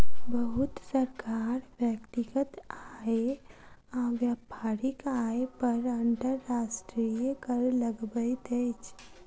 बहुत सरकार व्यक्तिगत आय आ व्यापारिक आय पर अंतर्राष्ट्रीय कर लगबैत अछि